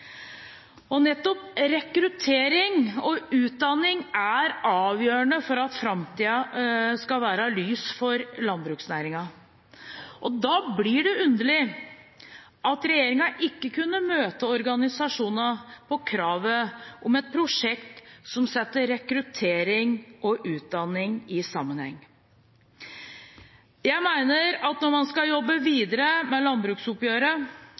næringen. Nettopp rekruttering og utdanning er avgjørende for at framtiden skal være lys for landbruksnæringen. Da er det underlig at regjeringen ikke kunne møte organisasjonene på kravet om et prosjekt som setter rekruttering og utdanning i sammenheng. Jeg mener at når man skal jobbe videre med landbruksoppgjøret,